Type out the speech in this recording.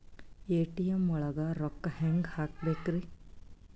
ATM ಒಳಗ್ ರೊಕ್ಕ ಹೆಂಗ್ ಹ್ಹಾಕ್ಬೇಕ್ರಿ?